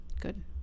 good